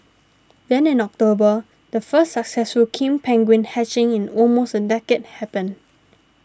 then in October the first successful king penguin hatching in almost a decade happened